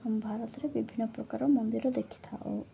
ଆମ ଭାରତରେ ବିଭିନ୍ନ ପ୍ରକାର ମନ୍ଦିର ଦେଖିଥାଉ